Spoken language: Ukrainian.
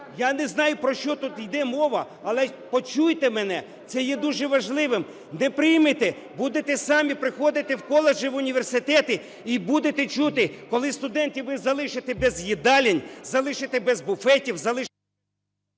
Я не знаю, про що тут йде мова. Але почуйте мене: це є дуже важливим. Не приймете - будете самі приходити в коледжі, в університети і будете чути, коли студентів ви залишите без їдалень, залишите без буфетів, залишите…